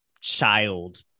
child